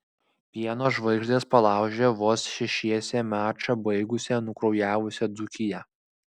pieno žvaigždės palaužė vos šešiese mačą baigusią nukraujavusią dzūkiją